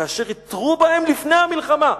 כאשר התרו בהם לפני המלחמה,